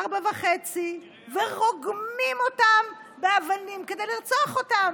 ארבע וחצי, ורוגמים אותם באבנים כדי לרצוח אותם.